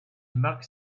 marque